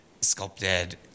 sculpted